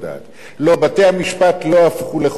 לא, בתי-המשפט לא הפכו לחותמת גומי.